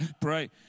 pray